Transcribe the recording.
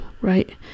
right